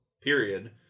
period